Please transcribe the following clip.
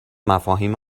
مفاهیم